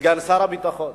וסגן שר הביטחון,